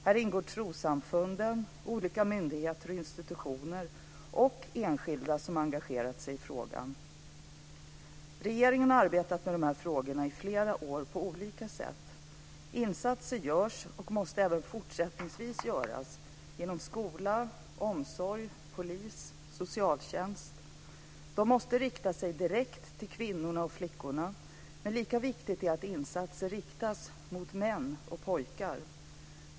Här ingår trossamfunden, olika myndigheter och institutioner och enskilda som har engagerat sig i frågan. Regeringen har arbetat med de här frågorna i flera år på olika sätt. Insatser görs och måste även fortsättningsvis göras inom skola, omsorg, polis och socialtjänst. De måste rikta sig direkt till kvinnorna och flickorna, men lika viktigt är att insatser riktas mot män och pojkar.